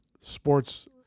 sports